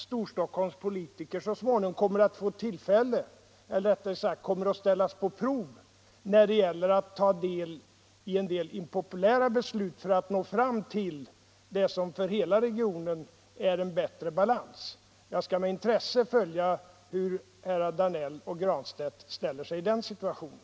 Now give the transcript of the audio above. Storstockholms politiker kommer kanske så små = ningom att sättas på prov när det gäller att ta ansvaret för impopulära Om lokalisering av beslut för att nå fram till det som för hela regionen är en bättre balans. — SJ och posttermi Jag skall med intresse följa hur herrar Danell och Granstedt ställer sig — naler till Västerjäri den situationen.